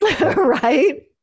right